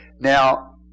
Now